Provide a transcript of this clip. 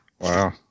Wow